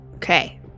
Okay